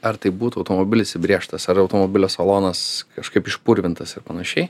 ar tai būtų automobilis įbrėžtas ar automobilio salonas kažkaip išpurvintas ir panašiai